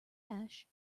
ash